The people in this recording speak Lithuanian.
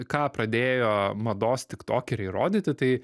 ką pradėjo mados tiktokeriai rodyti tai